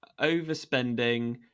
overspending